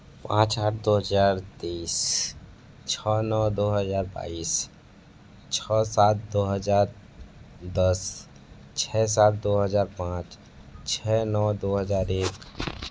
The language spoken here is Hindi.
पाँच आठ दो हजार तीस छः नौ दो हज़ार बाईस छः सात दो हजार दस छः सात दो हज़ार पाँच छः नौ दो हजार एक